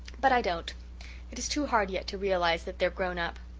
but i don't it is too hard yet to realize that they're grown up.